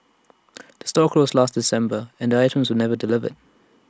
the store closed last December and the items were never delivered